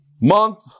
Month